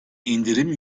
indirim